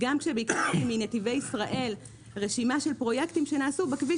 גם כשביקשתי מנתיבי ישראל רשימה של פרויקטים שנעשו בכביש